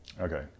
Okay